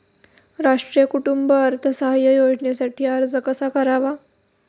राष्ट्रीय कुटुंब अर्थसहाय्य योजनेसाठी अर्ज कसा करावा?